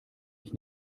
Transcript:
ich